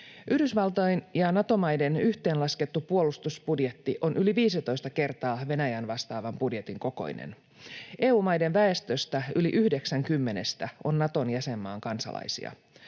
Yhdysvaltain ja Nato-maiden yhteenlaskettu puolustusbudjetti on yli 15 kertaa Venäjän vastaavan budjetin kokoinen. EU-maiden väestöstä yli yhdeksän kymmenestä on Naton jäsenmaan kansalaisia.